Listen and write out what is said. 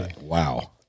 Wow